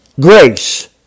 grace